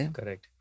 Correct